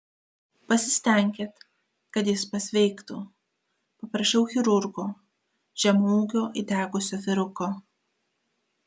pasistenkit kad jis pasveiktų paprašiau chirurgo žemaūgio įdegusio vyruko